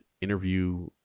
interview